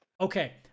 Okay